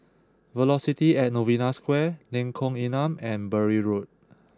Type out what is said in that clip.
Velocity at Novena Square Lengkong Enam and Bury Road